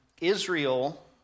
Israel